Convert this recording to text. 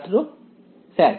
ছাত্র স্যার